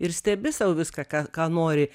ir stebi sau viską ką ką nori